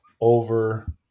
over